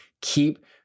keep